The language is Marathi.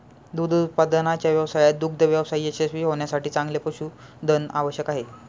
दूध उत्पादनाच्या व्यवसायात दुग्ध व्यवसाय यशस्वी होण्यासाठी चांगले पशुधन आवश्यक आहे